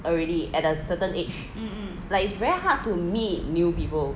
already at a certain age like it's very hard to meet new people